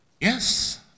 Yes